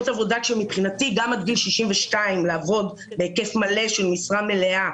עבודה כשמבחינתי גם עד גיל 62 לעבוד בהיקף מלא של משרה מלאה,